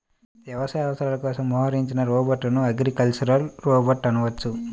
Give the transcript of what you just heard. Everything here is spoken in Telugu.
వ్యవసాయ అవసరాల కోసం మోహరించిన రోబోట్లను అగ్రికల్చరల్ రోబోట్ అనవచ్చు